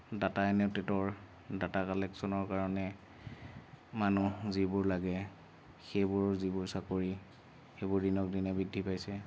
data এনোটেটৰ data কালেকচনৰ কাৰণে মানুহ যিবোৰ লাগে সেইবোৰ যিবোৰ চাকৰি সেইবোৰ দিনক দিনে বৃদ্ধি পাইছে